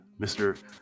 Mr